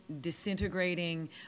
disintegrating